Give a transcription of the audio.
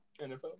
nfl